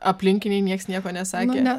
aplinkiniai nieks nieko nesakė